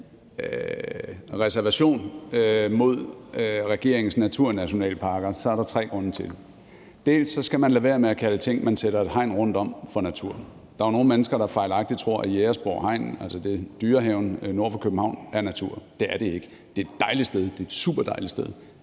reservation mod regeringens naturnationalparker, er der tre grunde til det. Dels skal man lade være med at kalde ting, man sætter et hegn rundt om, for natur. Der er jo nogle mennesker, der fejlagtigt tror, at Jægersborg Hegn, altså Dyrehaven nord for København, er natur. Det er det ikke. Det er et dejligt sted, det er et super dejligt sted,